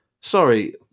sorry